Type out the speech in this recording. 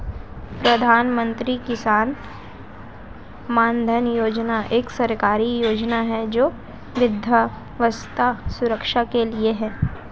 प्रधानमंत्री किसान मानधन योजना एक सरकारी योजना है जो वृद्धावस्था सुरक्षा के लिए है